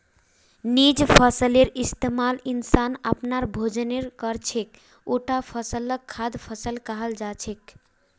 जिन फसलेर इस्तमाल इंसान अपनार भोजनेर कर छेक उटा फसलक खाद्य फसल कहाल जा छेक